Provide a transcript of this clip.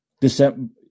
December